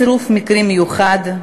צירוף מקרים מיוחד,